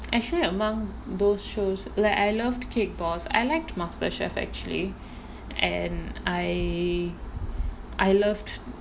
actually among both shows like I loved cake boss I liked master chef actually and I I loved like nigella lawson and stuff